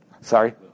Sorry